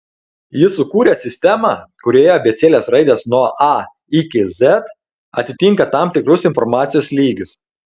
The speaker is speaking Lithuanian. jis sukūrė sistemą kurioje abėcėlės raidės nuo a iki z atitinka tam tikrus informacijos lygius